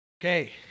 Okay